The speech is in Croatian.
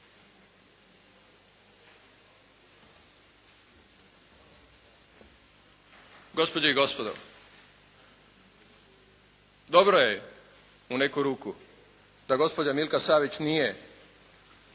Gospođe i gospodo dobro je u neku ruku da gospođa Milka Savić nije